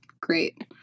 great